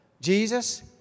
Jesus